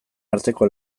arteko